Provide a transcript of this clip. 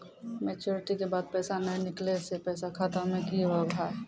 Maturity के बाद पैसा नए निकले से पैसा खाता मे की होव हाय?